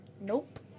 Nope